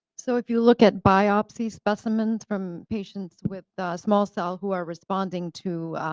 so if you look at biopsy specimens from patients with small cell who are responding to